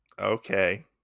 okay